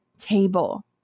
table